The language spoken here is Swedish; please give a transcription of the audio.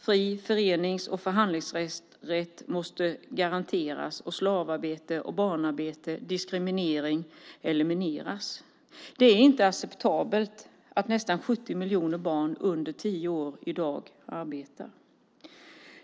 Fri förenings och förhandlingsrätt måste garanteras och slavarbete, barnarbete och diskriminering elimineras. Det är inte acceptabelt att nästan 70 miljoner barn under tio år i dag arbetar.